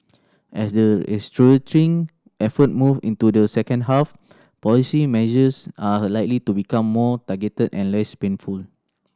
as the restructuring effort move into the second half policy measures are likely to become more targeted and less painful